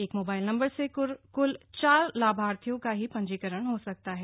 एक mobile number से क्ल चार लाभार्थियों का ही पंजीकरण हो सकता है